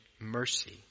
Mercy